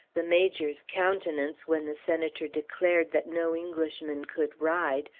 the major's countenance, when the senator declared that no englishman could ride,